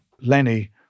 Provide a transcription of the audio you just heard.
Lenny